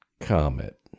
comet